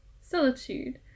solitude